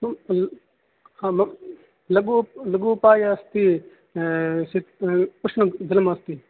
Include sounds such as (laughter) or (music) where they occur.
(unintelligible) आं लघु लघूपायः अस्ति शित् उष्णं जलमस्ति